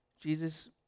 Jesus